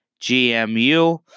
GMU